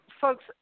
folks